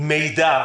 מידע.